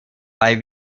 bei